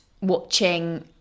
watching